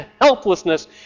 helplessness